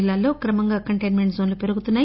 జిల్లాల్లో క్రమంగా కంటెయిన్మెంట్ జోన్లు పెరుగుతున్నాయి